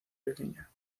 pequeña